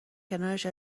کنارش